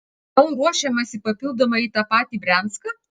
gal ruošiamasi papildomai į tą patį brianską